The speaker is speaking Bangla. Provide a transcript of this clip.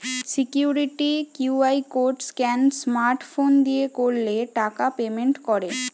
security QR code scan smart phone দিয়ে করলে টাকা পেমেন্ট করে